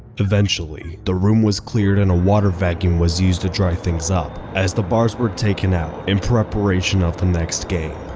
eventually the room was cleared and a water vacuum was used to dry things up as the bars were taken out in preparation of the next game.